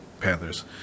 Panthers